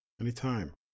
Anytime